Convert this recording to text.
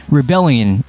rebellion